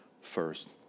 first